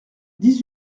dix